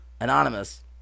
Anonymous